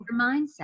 mindset